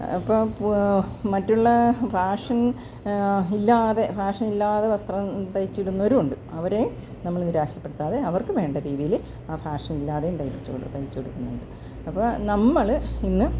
അപ്പോൾ മറ്റുള്ള കാഷും ഇല്ലാതെ കാഷില്ലാതെ വസ്ത്രം തയിച്ചിടുന്നവരും ഉണ്ട് അവരേയും നമ്മള് നിരാശപ്പെടുത്താതെ അവർക്ക് വേണ്ട രീതിയിൽ ആ കാഷില്ലാതെയും തയ്പ്പിച്ച് കൊടുക്കുക തയ്ച്ച് കൊടുക്കുന്നുണ്ട് അപ്പോൾ നമ്മള് ഇന്ന്